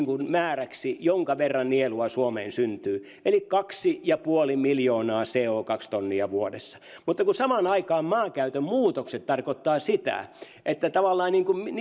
määräksi jonka verran nielua suomeen syntyy eli kaksi pilkku viisi miljoonaa co tonnia vuodessa mutta kun samaan aikaan maankäytön muutokset tarkoittavat sitä että tavallaan